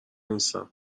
نیستم